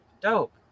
dope